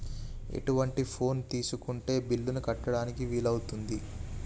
ఎటువంటి ఫోన్ తీసుకుంటే బిల్లులను కట్టడానికి వీలవుతది?